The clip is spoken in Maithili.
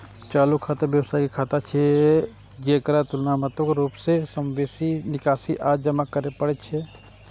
चालू खाता व्यवसायी के खाता छियै, जेकरा तुलनात्मक रूप सं बेसी निकासी आ जमा करै पड़ै छै